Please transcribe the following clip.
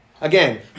Again